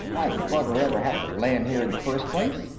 why'd the bugger ever have to land here in the first place?